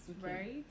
right